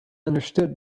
understood